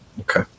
Okay